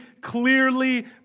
clearly